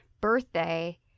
birthday